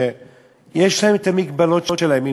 שיש להם המגבלות שלהם.